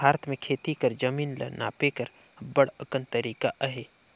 भारत में खेती कर जमीन ल नापे कर अब्बड़ अकन तरीका अहे